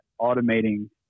automating